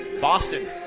Boston